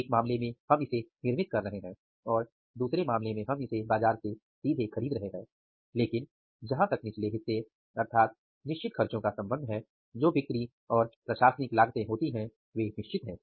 एक मामले में हम इसे निर्मित कर रहे हैं दुसरे मामले में हम इसे बाजार से खरीद रहे हैं लेकिन जहाँ तक निचले हिस्से अर्थात निश्चित खर्चों का संबंध है जो बिक्री और प्रशासनिक लागतें होती हैं वे निश्चित हैं